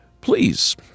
please